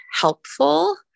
helpful